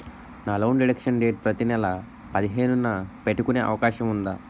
నా loan deduction date ప్రతి నెల పదిహేను న పెట్టుకునే అవకాశం ఉందా?